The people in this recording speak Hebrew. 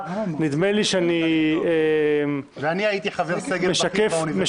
אני הייתי חבר סגל בכיר באוניברסיטה.